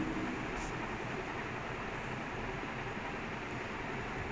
I think like where you study like something like that they